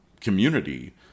community